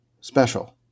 special